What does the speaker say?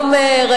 הכנסת,